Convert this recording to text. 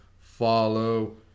follow